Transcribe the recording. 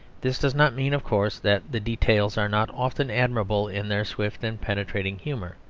this does not mean, of course, that the details are not often admirable in their swift and penetrating humour